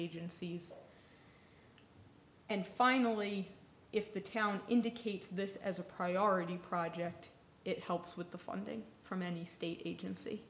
agencies and finally if the town indicates this as a priority project it helps with the funding from any state agency